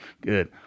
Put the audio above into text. good